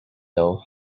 though